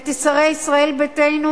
ואת שרי ישראל ביתנו,